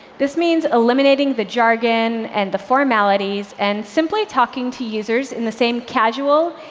this means eliminating the jargon and the formalities and simply talking to users in the same casual,